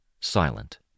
silent